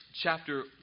chapter